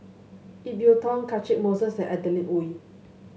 Ip Yiu Tung Catchick Moses and Adeline Ooi